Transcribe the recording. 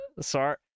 sorry